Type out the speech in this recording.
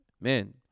man